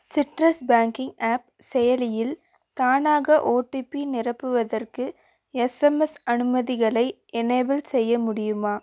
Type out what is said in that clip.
citrus banking app செயலியில் தானாக OTP நிரப்புவதற்கு எஸ்எம்எஸ் அனுமதிகளை எனேபிள் செய்ய முடியுமா